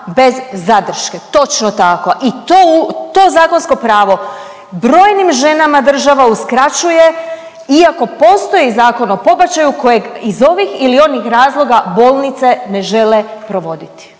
bez zadrške, točno tako i to zakonsko pravo brojnim ženama država uskraćuje iako postoji Zakon o pobačaju kojeg iz ovih i onih razloga bolnice ne žele provoditi.